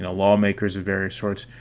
and lawmakers of various sorts.